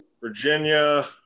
Virginia